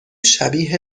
شبیه